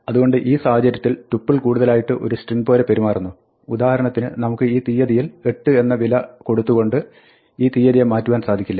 അതുകൊണ്ട് ഈ സാഹചര്യത്തിൽ ടുപ്പിൾ കൂടുതലായിട്ട് ഒരു string പോലെ പെരുമാറുന്നു ഉദാഹരണത്തിന് നമുക്ക് ഈ തിയ്യതിയിൽ 8 എന്ന വില കൊടുത്തുകൊണ്ട് ഈ തിയ്യതിയെ മാറ്റുവാൻ സാധിക്കില്ല